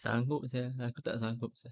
sanggup sia kalau aku tak sanggup sia